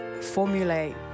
formulate